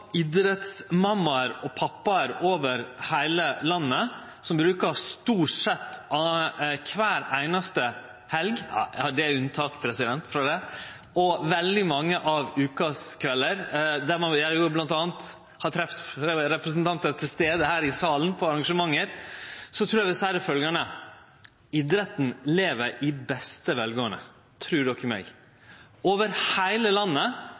og -pappaer over heile landet, som stort sett bruker kvar einaste helg, med nokre unntak, og veldig mange av kveldane i vekedagane – eg har bl.a. treft mange representantar som er til stades her i salen i dag, på slike arrangement – trur eg at eg vil seie følgjande: Idretten lever i beste velgåande – tru meg! Over heile landet